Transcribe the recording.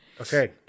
Okay